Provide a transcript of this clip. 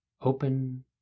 open